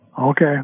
okay